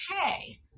okay